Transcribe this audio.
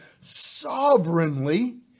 sovereignly